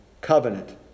covenant